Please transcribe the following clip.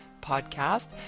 podcast